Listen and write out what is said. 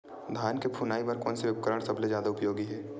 धान के फुनाई बर कोन से उपकरण सबले जादा उपयोगी हे?